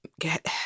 get